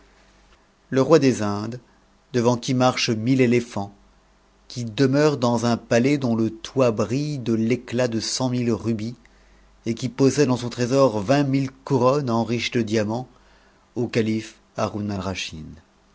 le roi des indes devant qui marchent mille étéphants qui demeure a dans un palais dont le toit brille de l'éclat de cent mille rubis et qui possède en son trésor vingt mille couronnes enrichies de diamants au